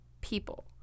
people